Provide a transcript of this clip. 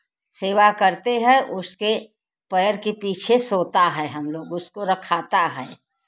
सेवा करते हैं उसके पैर के पीछे सोते हैं हम लोग उसको रखते हैं